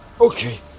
Okay